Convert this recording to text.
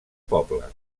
poble